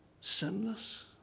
sinless